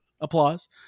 Applause